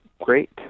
great